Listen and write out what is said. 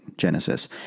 Genesis